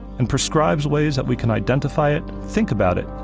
and prescribes ways that we can identify it, think about it,